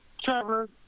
Trevor